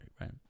right